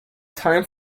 time